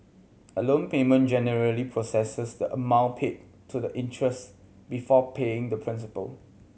a loan payment generally processes the amount paid to the interest before paying the principal